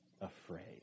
afraid